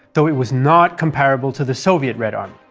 though it was not comparable to the soviet red army.